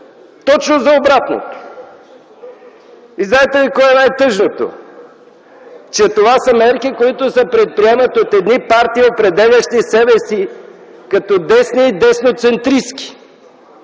точно за обратното. Знаете ли кое е най-тъжното? Че това са мерки, които се предприемат от едни партии, определящи себе си като десни и десноцентристки